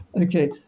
Okay